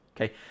Okay